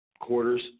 quarters